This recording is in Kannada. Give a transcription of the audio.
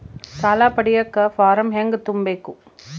ಸಾಲ ಪಡಿಯಕ ಫಾರಂ ಹೆಂಗ ತುಂಬಬೇಕು?